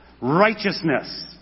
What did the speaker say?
righteousness